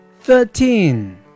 Thirteen